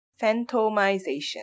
Phantomization